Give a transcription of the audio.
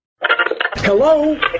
Hello